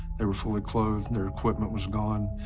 they were fully clothed. their equipment was gone,